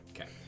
Okay